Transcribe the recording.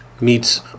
meets